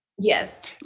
Yes